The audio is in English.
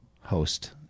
host